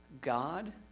god